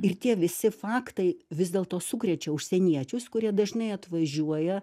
ir tie visi faktai vis dėlto sukrečia užsieniečius kurie dažnai atvažiuoja